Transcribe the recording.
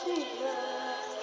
Jesus